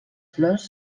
flors